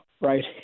Right